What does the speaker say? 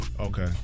Okay